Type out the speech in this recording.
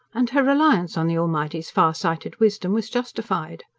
and her reliance on the almighty's far-sighted wisdom was justified.